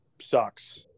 sucks